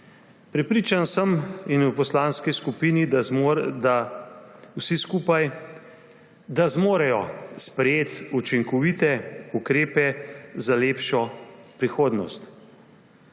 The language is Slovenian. Prepričan sem in v poslanski skupini, da vsi skupaj zmorejo sprejeti učinkovite ukrepe za lepšo prihodnost.